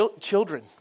Children